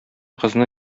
кызны